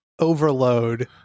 overload